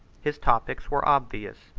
his topics were obvious,